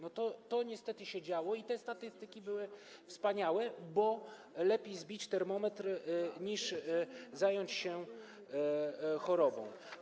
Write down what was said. To niestety się działo i statystyki były wspaniałe, bo lepiej zbić termometr, niż zająć się chorobą.